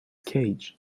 cage